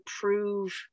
prove